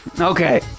Okay